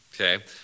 Okay